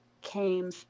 came